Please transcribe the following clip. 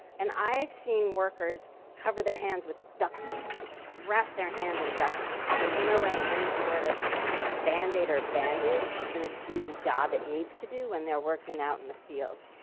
and i have seen workers cover their hands with duct tape. like wrap their hand in duct tape, cause there's no way any sort of band aid or bandage is going to do the job it needs to do when they're working out in the field.